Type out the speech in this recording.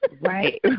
Right